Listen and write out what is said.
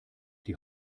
die